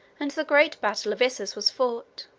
and the great battle of issus was fought.